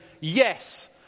yes